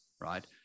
right